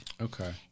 Okay